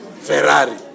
Ferrari